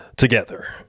together